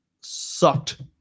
sucked